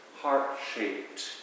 heart-shaped